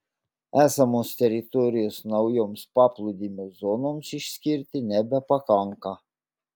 esamos teritorijos naujoms paplūdimio zonoms išskirti nebepakanka